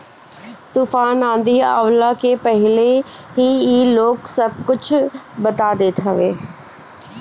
तूफ़ान आंधी आवला के पहिले ही इ लोग सब कुछ बता देत हवे